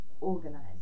organized